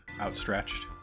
outstretched